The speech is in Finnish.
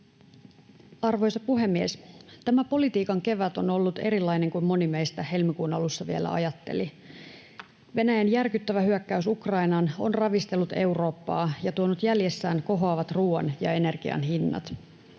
Arvoisa puhemies! Tämä politiikan kevät on ollut erilainen kuin moni meistä vielä helmikuun alussa ajatteli. Venäjän järkyttävä hyökkäys Ukrainaan on ravistellut Eurooppaa ja tuonut jäljessään kohoavat ruuan ja energian hinnat.